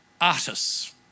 artists